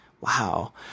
Wow